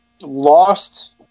lost